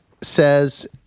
says